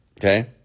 okay